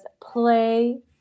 play